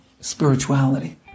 spirituality